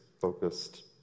focused